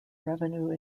revenue